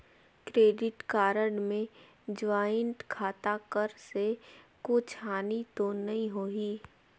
Credit card मे joint खाता कर से कुछ हानि तो नइ होही?